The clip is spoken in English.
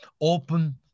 open